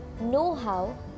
know-how